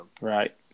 Right